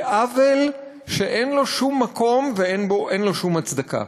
זה עוול שאין לו שום מקום ואין לו שום הצדקה.